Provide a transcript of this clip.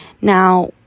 now